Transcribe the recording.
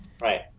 Right